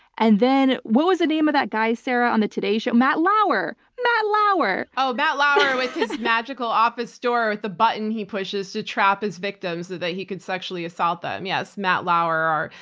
and then what was the name of that guy, sarah, on the today show? matt lauer? matt lauer. oh, matt lauer with his magical office door with the button he pushes to trap his victims so that he could sexually assault them? yes, matt lauer.